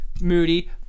Moody